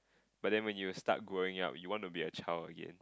but then when you start growing up you want to be a child again